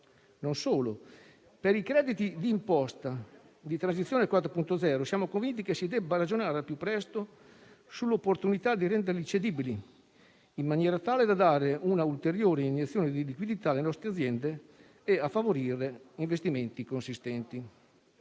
Non solo: per i crediti di imposta di Transizione 4.0, siamo convinti che si debba ragionare al più presto sull'opportunità di renderli cedibili, in maniera tale da dare una ulteriori iniezione di liquidità alle nostre aziende e favorire investimenti consistenti.